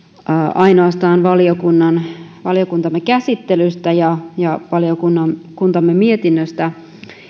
ainoastaan valiokuntamme käsittelystä ja ja valiokuntamme mietinnöstä